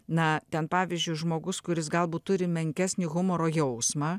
na ten pavyzdžiui žmogus kuris galbūt turi menkesnį humoro jausmą